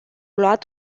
luat